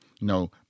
no